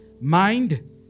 mind